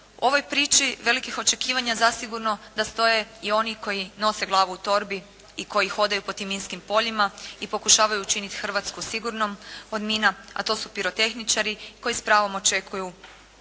U ovoj priči velikih očekivanja zasigurno da stoje i oni koji nose glavu u torbi i koji hodaju po tim minskim poljima i pokušavaju učiniti Hrvatsku sigurnom od mina a to su pirotehničari koji s pravom očekuju puno